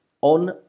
on